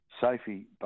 Sophie